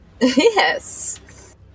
Yes